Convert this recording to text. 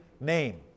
name